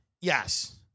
Yes